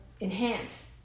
enhance